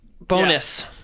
Bonus